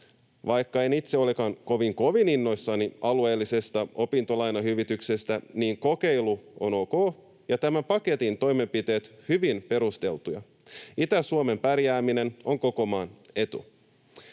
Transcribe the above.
Vaikka en itse olekaan kovin innoissani alueellisesta opintolainahyvityksestä, niin kokeilu on ok ja tämän paketin toimenpiteet hyvin perusteltuja. Itä-Suomen pärjääminen on koko maan etu.